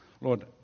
Lord